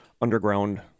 underground